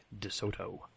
DeSoto